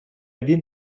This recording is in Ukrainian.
він